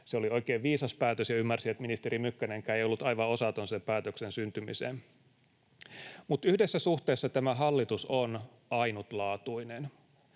Se oli oikein viisas päätös, ja ymmärsin, että ministeri Mykkänenkään ei ollut aivan osaton sen päätöksen syntymiseen. Mutta yhdessä suhteessa tämä hallitus on ainutlaatuinen.